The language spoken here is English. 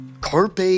Carpe